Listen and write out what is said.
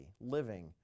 living